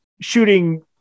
shooting